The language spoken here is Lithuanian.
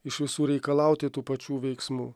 iš visų reikalauti tų pačių veiksmų